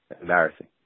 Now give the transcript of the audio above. Embarrassing